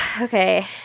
Okay